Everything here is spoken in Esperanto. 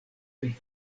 pri